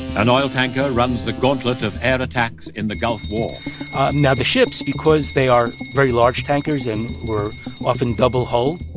an oil tanker runs the gauntlet of air attacks in the gulf war now the ships, because they are very large tankers and were often double-hulled,